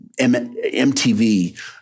MTV